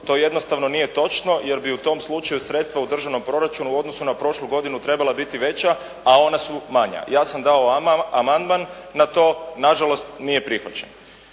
To jednostavno nije točno jer bi u tom slučaju sredstva u državnom proračunu u odnosu na prošlu godinu trebala biti veća, a ona su manja. Ja sam dao amandman na to, na žalost nije prihvaćen.